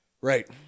right